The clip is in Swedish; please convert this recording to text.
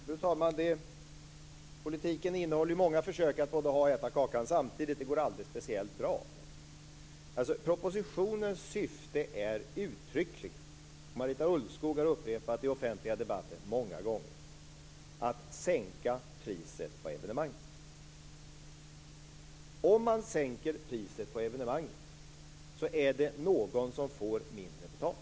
Fru talman! Politiken innehåller många försök att både ha kvar och äta kakan samtidigt. Det går aldrig speciellt bra. Propositionens syfte är ju uttryckligen - och Marita Ulvskog har upprepat det i den offentliga debatten många gånger - att sänka priset på evenemangen. Om man sänker priset på evenemangen är det någon som får mindre betalt.